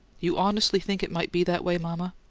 you honestly think it might be that way, mama?